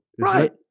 Right